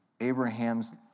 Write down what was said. Abraham's